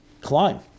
climb